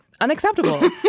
Unacceptable